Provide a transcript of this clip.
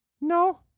no